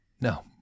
No